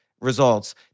results